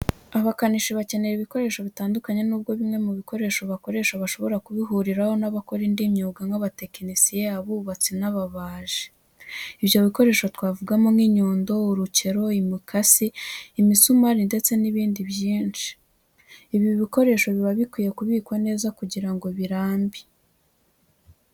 Abakanishi bakenera ibikoresho bitandukanye n'ubwo bimwe mu bikoresho bakoresha bashobora kubihuriraho n'abakora indi myuga nk'abatekinisiye, abubatsi n'ababaji. Ibyo bikoresho twavugamo nk'inyundo, urukero, imikasi, imisumari ndetse n'ibindi byinshi. Ibi bikoresho biba bikwiriye kubikwa neza kugira ngo birambe.